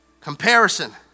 comparison